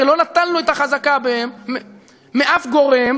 הרי לא נטלנו את החזקה בהם מאף גורם